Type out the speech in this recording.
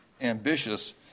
ambitious